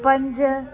पंज